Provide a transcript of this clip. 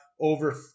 over